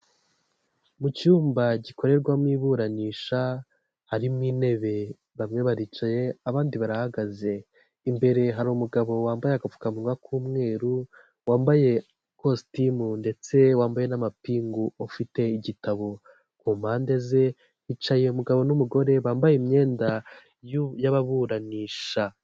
Mu cyumba gikorerwamo iburanisha harimo intebe, bamwe baricaye, abandi barahagaze. Imbere hari umugabo wambaye agapfukanwa k'umweru, wambaye ikositimu ndetse wambaye n'amapingu, ufite igitabo. Ku mpande ze hicaye umugabo n'umugore bambaye imyenda y'ababuranisha.